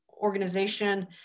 organization